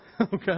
Okay